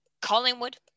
Collingwood